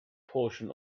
portion